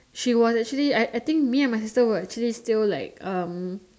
she was actually I I think me and my sister was still like um